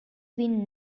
been